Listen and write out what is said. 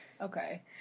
Okay